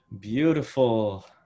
Beautiful